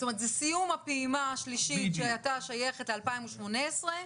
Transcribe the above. זאת אומרת זה סיום הפעימה השלישית שהיתה שייכת ל-2018,